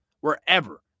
wherever